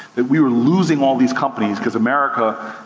that we were losing all these companies cuz america,